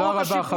תודה רבה.